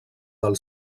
del